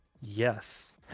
Yes